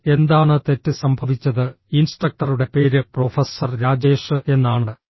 എന്നാൽ എന്താണ് തെറ്റ് സംഭവിച്ചത് ഇൻസ്ട്രക്ടറുടെ പേര് പ്രൊഫസർ രാജേഷ് എന്നാണ്